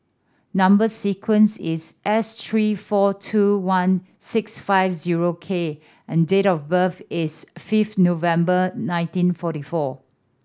number sequence is S three four two one six five zero K and date of birth is fifth November nineteen forty four